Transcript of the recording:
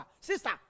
Sister